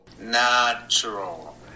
natural